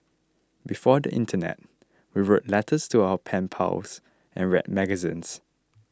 before the internet we wrote letters to our pen pals and read magazines